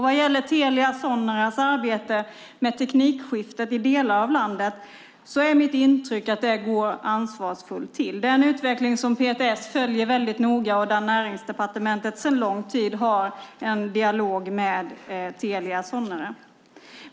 Vad gäller Telia Soneras arbete med teknikskiftet i delar av landet är det mitt intryck att det går ansvarsfullt till. Det är en utveckling som PTS väldigt noga följer och där Näringsdepartementet sedan lång tid tillbaka har en dialog med Telia Sonera.